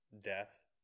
death